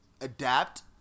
adapt